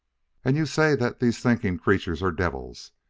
and you say that these thinking creatures are devils,